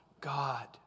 God